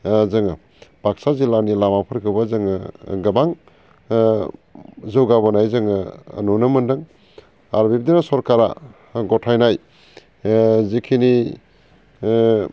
जोङो बाकसा जिल्लानि लामाफोरखौबो जोङो गोबां जौगाबोनाय जोङो नुनो मोन्दों आरो बिब्दिनो सोरकारा गथायनाय जिखिनि